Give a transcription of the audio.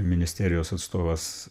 ministerijos atstovas